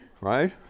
Right